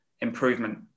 improvement